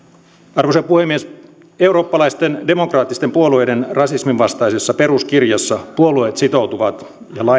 arvoisa puhemies eurooppalaisten demokraattisten puolueiden rasismin vastaisessa peruskirjassa puolueet sitoutuvat